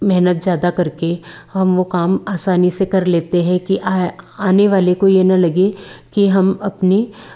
मेहनत ज़्यादा करके हम वो काम आसानी से कर लेते हैं कि आने वाले को ये ना लगे कि हम अपनी